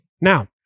Now